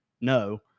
no